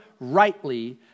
rightly